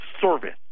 service